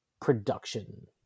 production